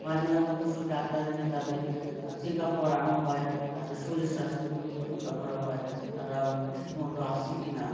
মাঝে মাঝে পশুর ডাক্তার এনে তাদের চেক আপ করানো হয় তাদের শরীর স্বাস্থ্যগুলো পরীক্ষা করা হয় তারা ঠিকমতো আছে কিনা